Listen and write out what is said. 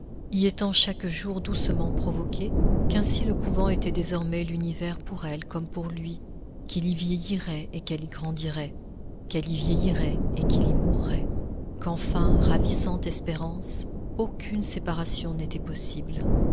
y étant chaque jour doucement provoquée qu'ainsi le couvent était désormais l'univers pour elle comme pour lui qu'il y vieillirait et qu'elle y grandirait qu'elle y vieillirait et qu'il y mourrait qu'enfin ravissante espérance aucune séparation n'était possible